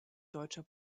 deutscher